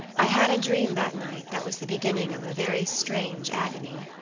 i had a dream that night that was the beginning of a very strange agony.